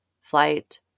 flight